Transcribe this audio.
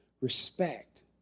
respect